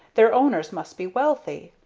their owners must be wealthy.